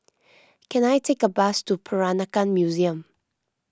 can I take a bus to Peranakan Museum